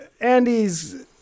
Andy's